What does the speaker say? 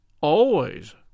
Always